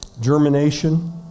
germination